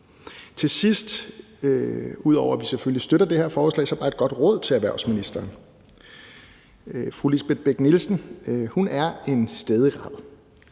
at følge. Ud over at vi selvfølgelig støtter det her forslag, vil jeg til sidst komme med et godt råd til erhvervsministeren. Fru Lisbeth Bech-Nielsen er en stædig rad,